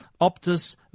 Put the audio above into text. Optus